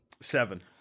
Seven